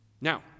Now